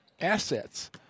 Assets